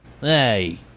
Hey